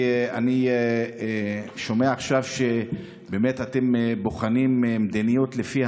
אני שומע עכשיו שבאמת אתם בוחנים מדיניות שלפיה